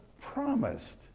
promised